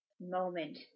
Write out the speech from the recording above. moment